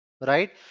right